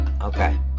Okay